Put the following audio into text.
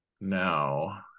now